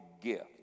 gift